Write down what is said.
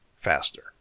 faster